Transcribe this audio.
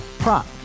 Prop